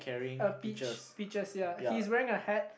a peach peaches ya he's wearing a hat